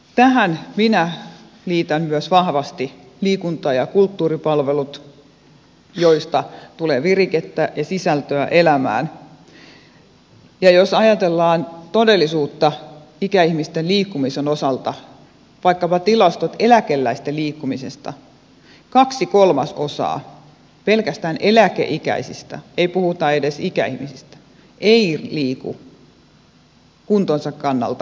tähän minä liitän myös vahvasti liikunta ja kulttuuripalvelut joista tulee virikettä ja sisältöä elämään ja jos ajatellaan todellisuutta ikäihmisten liikkumisen osalta vaikkapa tilastoja eläkeläisten liikkumisesta kaksi kolmasosaa pelkästään eläkeikäisistä ei puhuta edes ikäihmisistä ei liiku kuntonsa kannalta riittävästi